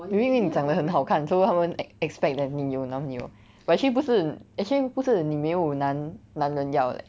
因为你长得很好看 so 他们 ex~ expect that 你有男朋友 but actually 不是 actually 不是你没有男男人要 leh